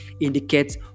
indicates